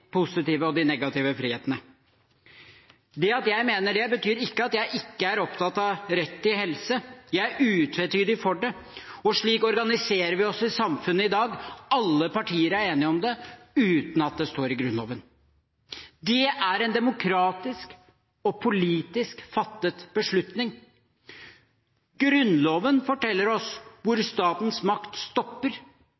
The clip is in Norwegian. positive og de negative frihetene. Det at jeg mener det, betyr ikke at jeg ikke er opptatt av rett til helse. Jeg er utvetydig for det, og slik organiserer vi oss i samfunnet i dag, alle partier er enige om det uten at det står i Grunnloven. Det er en demokratisk og politisk fattet beslutning. Grunnloven forteller oss hvor